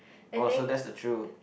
oh so that's the true